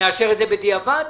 נקיים דיון.